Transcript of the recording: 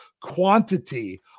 quantity